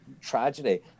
tragedy